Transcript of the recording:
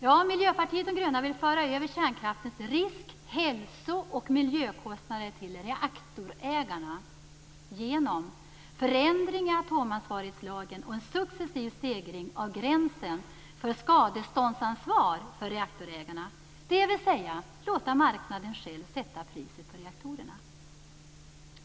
Ja, Miljöpartiet de gröna vill föra över kärnkraftens risk, hälso och miljökostnader till reaktorägarna genom förändringar i atomansvarighetslagen och en successiv stegring av gränsen för skadeståndsansvar för reaktorägarna, dvs. låta marknaden själv sätta priset för reaktorerna.